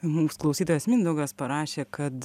mums klausytojas mindaugas parašė kad